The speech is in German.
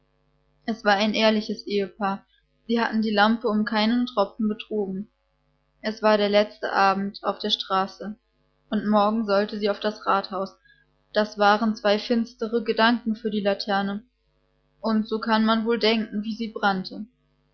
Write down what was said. es war ein ehrliches ehepaar sie hatten die lampe um keinen tropfen betrogen es war der letzte abend auf der straße und morgen sollte sie auf das rathaus das waren zwei finstere gedanken für die laterne und so kann man wohl denken wie sie brannte